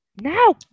No